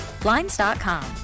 Blinds.com